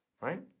right